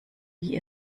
wie